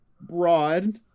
broad